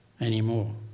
anymore